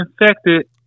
infected